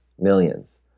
Millions